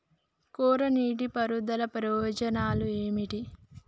కోరా నీటి పారుదల ప్రయోజనాలు ఏమిటి?